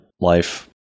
life